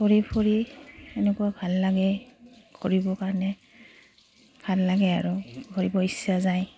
ঘূৰি ফুৰি এনেকুৱা ভাল লাগে কৰিবৰ কাৰণে ভাল লাগে আৰু ঘূৰিব ইচ্ছা যায়